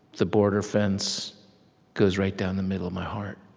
the border fence goes right down the middle of my heart.